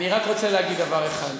אני רק רוצה להגיד דבר אחד,